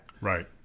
Right